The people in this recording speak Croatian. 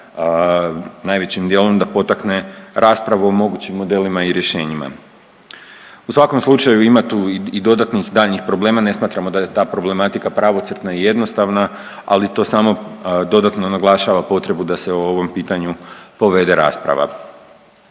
najvećim dijelom da potakne raspravu o mogućim modelima i rješenjima. U svakom slučaju ima tu i dodatnim daljnjih problema, ne smatramo da je ta problematika pravocrtna i jednostavna, ali to samo dodatno naglašava potrebu da se o ovom pitanju povede rasprava.